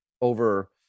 over